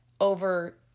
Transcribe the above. over